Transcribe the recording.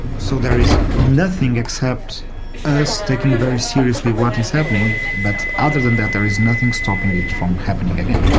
so there is nothing except us taking very seriously what is happening, but other than that there is nothing stopping it from happening again.